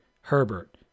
Herbert